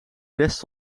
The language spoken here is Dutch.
rest